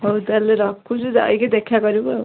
ହଉ ତାହେଲେ ରଖୁଛୁ ଯାଇକି ଦେଖା କରିବୁ ଆଉ